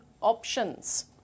options